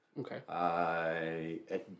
Okay